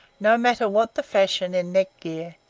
no matter what the fashion in neck-gear,